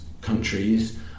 countries